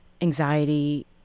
anxiety